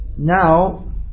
Now